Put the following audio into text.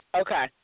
Okay